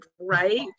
right